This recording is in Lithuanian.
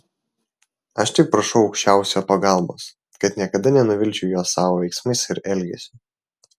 aš tik prašau aukščiausiojo pagalbos kad niekada nenuvilčiau jo savo veiksmais ir elgesiu